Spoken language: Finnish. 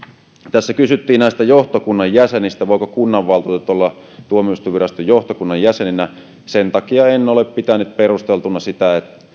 tässä kysyttiin näistä johtokunnan jäsenistä voivatko kunnanvaltuutetut olla tuomioistuinviraston johtokunnan jäseninä sen takia en ole pitänyt perusteltuna sitä